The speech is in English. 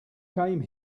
came